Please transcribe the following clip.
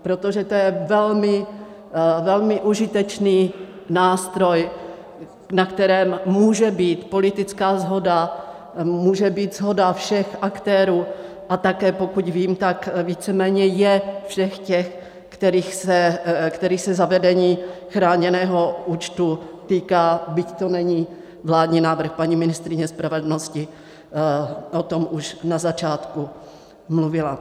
Protože to je velmi užitečný nástroj, na kterém může být politická shoda, může být shoda všech aktérů, a také pokud vím, tak víceméně je všech těch, kterých se zavedení chráněného účtu týká, byť to není vládní návrh, paní ministryně spravedlnosti o tom už na začátku mluvila.